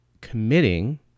committing